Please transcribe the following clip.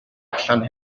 allan